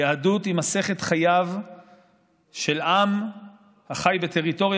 היהדות היא מסכת חייו של עם החי בטריטוריה